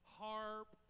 harp